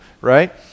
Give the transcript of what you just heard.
right